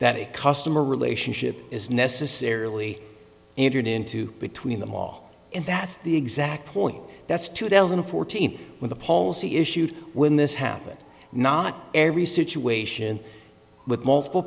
that a customer relationship is necessarily entered into between them all and that's the exact point that's two thousand and fourteen with a policy issued when this happens not every situation with multiple